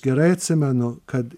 gerai atsimenu kad